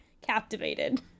captivated